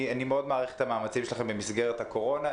אני מאוד מעריך את המאמצים שלכם במסגרת הקורונה.